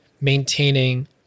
maintaining